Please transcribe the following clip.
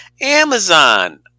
Amazon